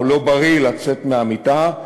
או לא בריא לצאת מהמיטה,